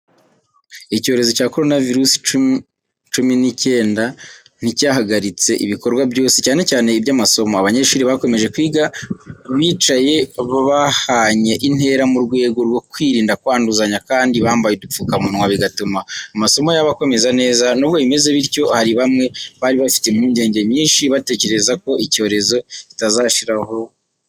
Icyorezo cya Corona virusi cumi n'icyenda nticyahagaritse ibikorwa byose, cyane cyane iby’amasomo. Abanyeshuri bakomeje kwiga bicaye bahanye intera mu rwego rwo kwirinda kwanduzanya, kandi bambaye udupfukamunwa, bigatuma amasomo yabo akomeza neza. Nubwo bimeze bityo, hari bamwe bari bafite impungenge nyinshi, batekereza ko icyorezo kitazashira vuba.